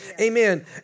Amen